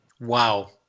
Wow